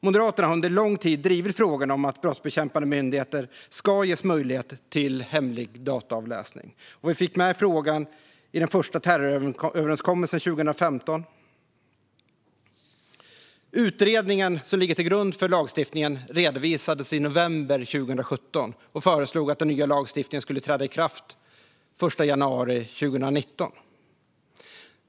Moderaterna har under lång tid drivit frågan om att brottsbekämpande myndigheter ska ges möjlighet till hemlig dataavläsning, och vi fick med frågan i den första terroröverenskommelsen 2015. Den utredning som ligger till grund för lagstiftningen redovisades i november 2017, och i den föreslogs att den nya lagstiftningen skulle träda i kraft den 1 januari 2019.